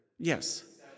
Yes